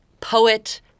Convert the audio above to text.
poet